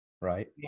Right